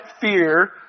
fear